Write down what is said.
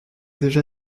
déjà